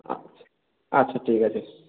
আচ্ছা ঠিক আছে